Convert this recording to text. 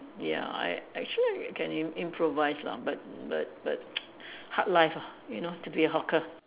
ya I I actually I can imp~ improvise lah but but but hard life ah you know to be a hawker